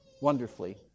Wonderfully